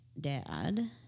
dad